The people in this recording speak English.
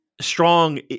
Strong